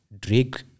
Drake